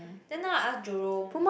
then now I ask Jerome